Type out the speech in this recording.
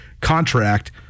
contract